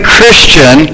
Christian